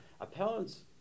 appellant's